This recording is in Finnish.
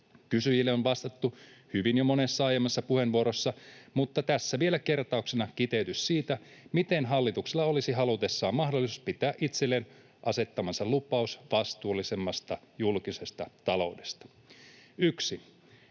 Kysyjille on vastattu hyvin jo monessa aiemmassa puheenvuorossa, mutta tässä vielä kertauksena kiteytys siitä, miten hallituksella olisi halutessaan mahdollisuus pitää itselleen asettamansa lupaus vastuullisemmasta julkisesta taloudesta: 1)